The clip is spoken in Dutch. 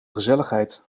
gezelligheid